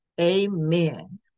amen